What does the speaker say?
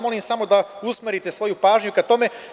Molim vas da usmerite svoju pažnju ka tome.